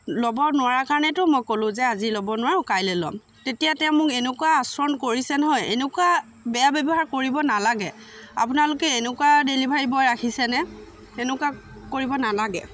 ল'ব নোৱাৰাৰ কাৰণেতো মই ক'লো যে আজি ল'ব নোৱাৰোঁ কাইলে ল'ম তেতিয়া তেওঁ মোক এনেকুৱা আচৰণ কৰিছে নহয় এনেকুৱা বেয়া ব্যৱহাৰ কৰিব নালাগে আপোনালোকে এনেকুৱা ডেলিভাৰী বয় ৰাখিছেনে এনেকুৱা কৰিব নালাগে